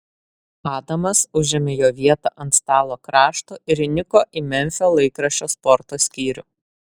adamas užėmė jo vietą ant stalo krašto ir įniko į memfio laikraščio sporto skyrių